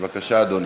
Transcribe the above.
בבקשה, אדוני.